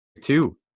Two